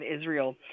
Israel